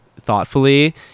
thoughtfully